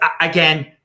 again